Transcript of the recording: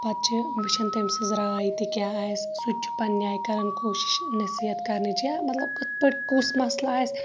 پَتہٕ چھِ وٕچھان تمۍ سٕنٛز راے تہِ کیاہ آسہِ سُہ تہِ چھُ پَننہِ آیہِ کَران کوٗشِش نصیحت کَرنٕچ یا مَطلَب کِتھ پٲٹھۍ کُس مَسلہٕ آسہِ